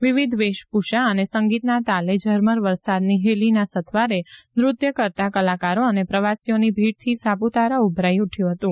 વિવિધ વેશભૂષા અને સંગીતના તાલે ઝરમર વરસાદની હેલીના સથવારે નૃત્ય કરતા કલાકારો અને પ્રવાસીઓની ભીડથી સાપુતારા ઉભરાઈ ઉઠયું હતું